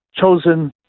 chosen